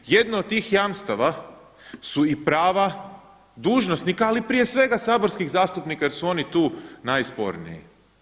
Jedno od tih jamstava su i prava dužnosnika, ali prije svega saborskih zastupnika jer su oni tu najsporniji.